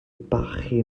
barchu